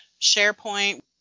SharePoint